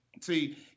See